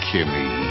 Kimmy